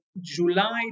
July